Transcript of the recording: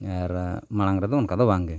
ᱟᱨ ᱢᱟᱲᱟᱝ ᱨᱮᱫᱚ ᱚᱱᱠᱟ ᱫᱚ ᱵᱟᱝᱜᱮ